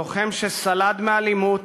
לוחם שסלד מאלימות